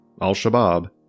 Al-Shabaab